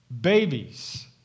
Babies